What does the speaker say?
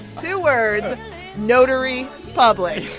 two words notary public